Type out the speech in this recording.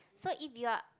so if you are